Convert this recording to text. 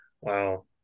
Wow